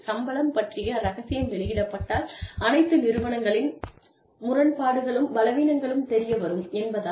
சம்பளம் பற்றிய ரகசியம் வெளியிடப்பட்டால் அனைத்து நிறுவனங்களின் முரண்பாடுகளும் பலவீனங்களும் தெரியவரும் என்பதால்